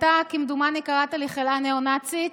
אתה כמדומני קראת לי חלאה ניאו-נאצית.